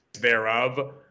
thereof